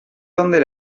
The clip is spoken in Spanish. donde